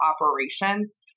operations